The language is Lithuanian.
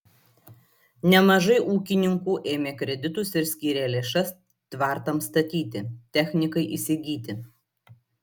nemažai ūkininkų ėmė kreditus ir skyrė lėšas tvartams statyti technikai įsigyti